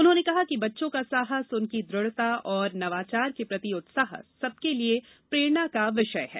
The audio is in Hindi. उन्होंने कहा कि बच्चों का साहस उनकी दृढ़ता और नवाचार के प्रति उत्साह सबसे के लिए प्रेरणा का विषय है